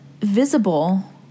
visible